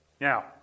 Now